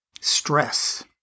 Stress